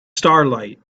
starlight